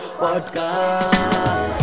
podcast